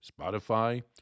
Spotify